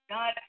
God